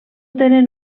tenen